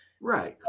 Right